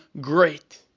great